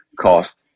cost